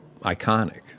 iconic